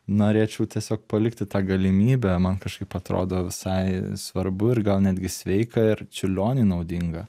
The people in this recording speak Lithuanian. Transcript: norėčiau tiesiog palikti tą galimybę man kažkaip atrodo visai svarbu ir gal netgi sveika ir čiurlioniui naudinga